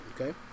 Okay